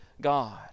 God